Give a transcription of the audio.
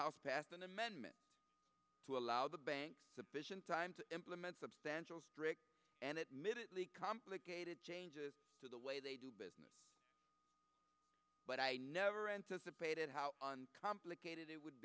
house passed an amendment to allow the banks sufficient time to implement substantial and it minutely complicated changes to the way they do business but i never anticipated how complicated it would